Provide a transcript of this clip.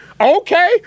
okay